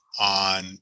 on